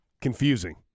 Confusing